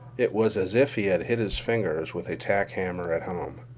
it was as if he had hit his fingers with a tack hammer at home.